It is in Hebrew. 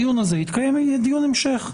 לדיון הזה יתקיים דיון המשך,